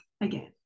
again